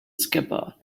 scabbard